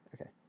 Okay